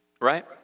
Right